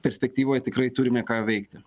perspektyvoj tikrai turime ką veikti